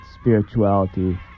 spirituality